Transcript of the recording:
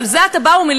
ועל זה אתה בא ומלין,